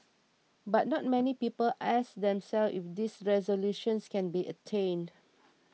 but not many people ask themselves if these resolutions can be attained